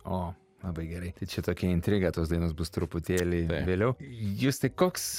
o labai gerai tai čia ta intriga tos dainos bus truputėlį vėliau justai koks